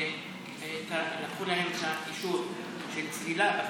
לקחו להם את האישור של הצלילה.